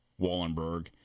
Wallenberg